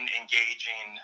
engaging